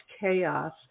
chaos